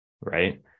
right